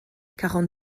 quarante